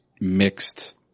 mixed